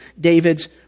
David's